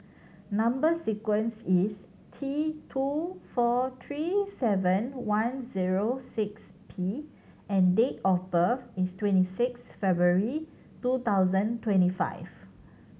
number sequence is T two four three seven one zero six P and date of birth is twenty six February two thousand twenty five